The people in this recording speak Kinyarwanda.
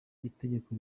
itegeko